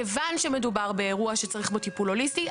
מכיוון שמדובר באירוע שדורש טיפול הוליסטי,